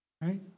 right